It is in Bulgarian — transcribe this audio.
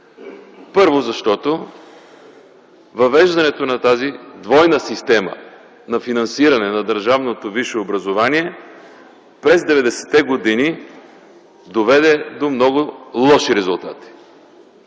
Първо, защото въвеждането на тази двойна система на финансиране на държавното висше образование през 90-те години доведе до много лоши резултати.